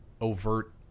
overt